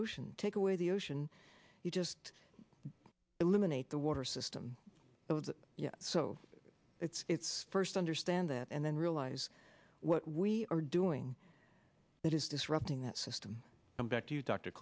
ocean take away the ocean you just eliminate the water system yeah so it's first understand that and then realise what we are doing that is disrupting that system come back to you d